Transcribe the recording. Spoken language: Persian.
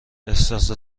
احساس